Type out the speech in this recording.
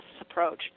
approach